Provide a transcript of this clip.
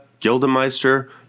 Gildemeister